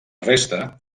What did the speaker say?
resta